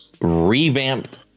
revamped